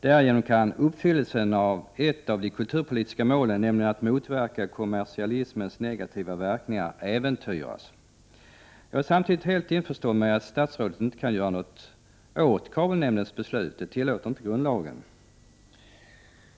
Därigenom kan uppfyllandet av ett av de kulturpolitiska målen — att motverka kommersialismens negativa verkningar — äventyras. Jag är dock helt införstådd med att statsrådet inte kan göra någonting åt kabelnämndens beslut. Det tillåter inte grundlagen.